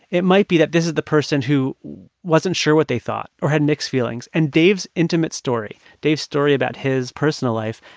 it might be that this is the person who wasn't sure what they thought or had mixed feelings. and dave's intimate story, dave's story about his personal life,